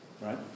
Right